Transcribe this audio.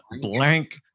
blank